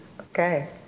Okay